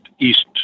East